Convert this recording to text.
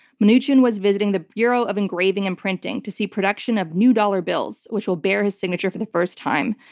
mnuchin was visiting the bureau of engraving and printing to see production of new dollar bills, which will bear his signature for the first time.